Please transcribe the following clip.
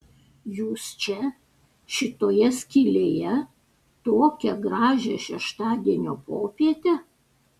jūs čia šitoje skylėje tokią gražią šeštadienio popietę